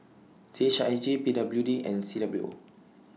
C H I J P W D and C W O